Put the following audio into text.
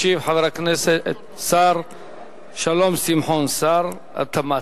ישיב השר שלום שמחון, שר התמ"ת.